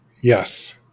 Yes